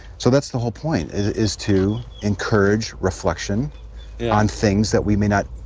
so that's the whole point is to encourage reflection on things that we may not.